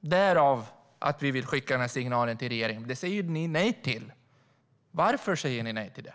Därav vill vi skicka den signalen till regeringen. Men det säger ni nej till, Arhe Hamednaca. Varför säger ni nej till det?